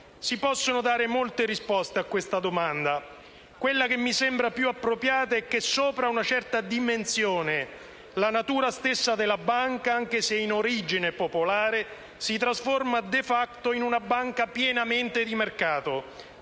Si possono dare molte risposte a questa domanda, ma quella che mi sembra più appropriata è che, sopra una certa dimensione, la natura stessa della banca, anche se in origine popolare, si trasforma *de facto* in una banca pienamente di mercato,